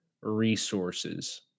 resources